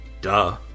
duh